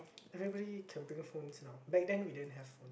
everybody can bring phones now back then we didn't have phones